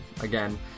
again